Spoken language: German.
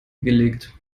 gelegt